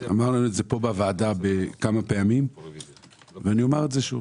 אמרנו את זה פה בוועדה כמה פעמים ואני אומר את זה שוב: